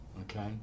Okay